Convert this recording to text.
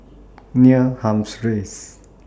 Neil Humphreys